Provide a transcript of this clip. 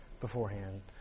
beforehand